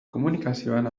komunikazioan